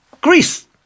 Greece